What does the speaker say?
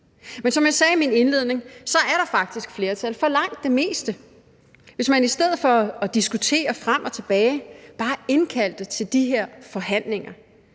Men som jeg sagde i min indledning, er der faktisk flertal for langt det meste, hvis man i stedet for at diskutere frem og tilbage bare ville indkalde til de her forhandlinger.